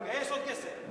לגייס עוד כסף.